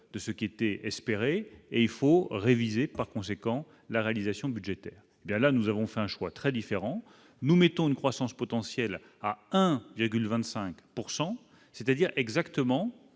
de ce qui était espéré et il faut réviser par conséquent la réalisation budgétaire bien là, nous avons fait un choix très différents, nous mettons une croissance potentielle à 1,25 pourcent,, c'est-à-dire exactement